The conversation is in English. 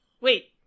wait